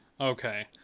Okay